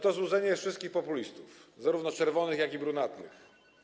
To złudzenie wszystkich populistów, zarówno czerwonych, jak i brunatnych.